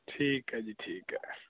ਠੀਕ ਹੈ ਜੀ ਠੀਕ ਹੈ